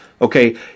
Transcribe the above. okay